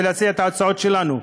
ולהציע את ההצעות שלנו.